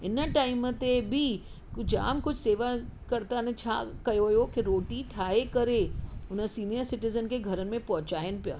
हिन टाइम ते बि कुझु जाम कुझु सेवाकर्ताउनि छा कयो हुओ की रोटी ठाहे करे हुन सीनिअर सिटीज़न खे घरनि में पहुचाइनि पिया